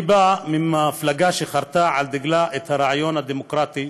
אני בא ממפלגה שחרתה על דגלה את הרעיון הדמוקרטי